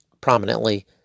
prominently